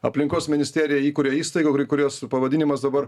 aplinkos ministerija įkuria įstaigų kurios pavadinimas dabar